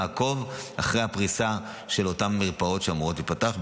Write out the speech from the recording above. נעקוב אחרי הפריסה של המרפאות שאמורות להיפתח,